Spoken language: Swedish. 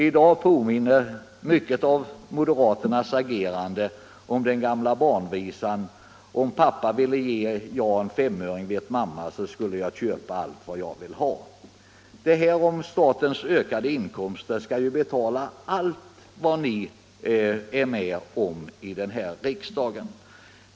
I dag påminner mycket av moderaternas agerande om barnvisan där det heter: Om pappa ville ge ja en femöring, vet mamma, så skulle ja köpa allt vad ja vill ha. Statens ökade inkomster skall ju betala allt vad ni är med om här i riksdagen.